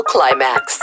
Climax